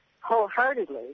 wholeheartedly